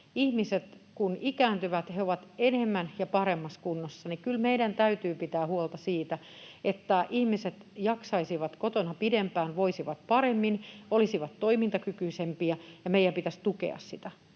ihmiset ikääntyvät, he ovat enemmän ja paremmassa kunnossa, niin kyllä meidän täytyy pitää huolta siitä, että ihmiset jaksaisivat kotona pidempään, voisivat paremmin, olisivat toimintakykyisempiä, ja meidän pitäisi tukea sitä.